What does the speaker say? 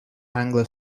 anglo